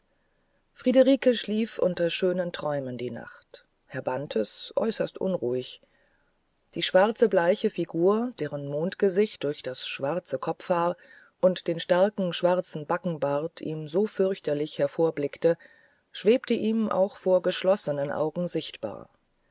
friederike schlief unter schönen träumen die nacht herr bantes äußerst unruhig die schwarze bleiche figur deren mondgesicht durch das schwarze kopfhaar und den starken schwarzen backenbart ihm so fürchterlich hervorblickte schwebte ihm auch vor verschlossenen augen sichtbar